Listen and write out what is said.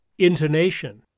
Intonation